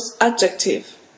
adjective